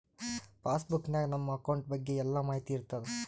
pass book ನಾಗ್ ನಮ್ account ಬಗ್ಗೆ ಎಲ್ಲಾ ಮಾಹಿತಿ ಇರ್ತಾದ